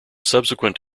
subsequent